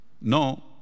No